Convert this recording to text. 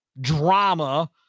drama